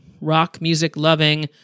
rock-music-loving